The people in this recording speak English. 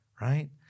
right